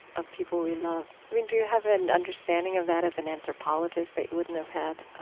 of people we love? i mean, do you have an understanding of that as an anthropologist that you wouldn't have had? ah